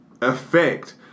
effect